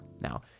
Now